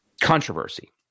Controversy